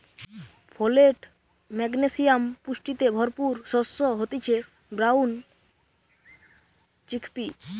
folate, magnesium পুষ্টিতে ভরপুর শস্য হতিছে ব্রাউন চিকপি